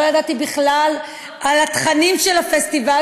לא ידעתי בכלל על התכנים של הפסטיבל,